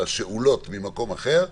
השאולות ממקום אחר: